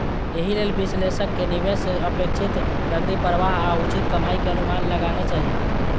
एहि लेल विश्लेषक कें निवेश सं अपेक्षित नकदी प्रवाह आ उचित कमाइ के अनुमान लगाना चाही